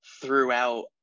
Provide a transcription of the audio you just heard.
throughout